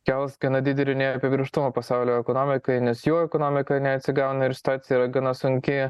kels gana didelį neapibrėžtumą pasaulio ekonomikai nes jų ekonomika neatsigauna ir situacija yra gana sunki